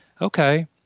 okay